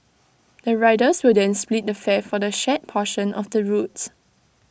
the riders will then split the fare for the shared portion of the routes